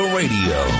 radio